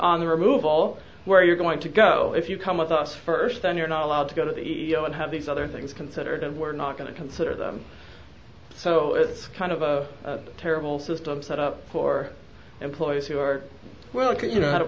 on the removal where you're going to go if you come with us first then you're not allowed to go to the and have these other things considered and we're not going to consider them so it's kind of a terrible system set up for employers who are welcome you know